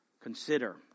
consider